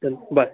चल बाय